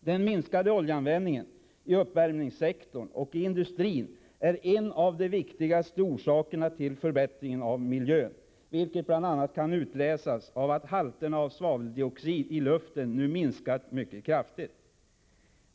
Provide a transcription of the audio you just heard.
Den minskade oljeanvändningen i uppvärmningssektorn och i industrin är en av de viktigaste orsakerna till förbättringen av miljön, vilket bl.a. kan utläsas av att halterna av svaveldioxid i luften nu minskat mycket kraftigt.